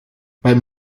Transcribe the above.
beim